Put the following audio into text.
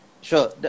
Sure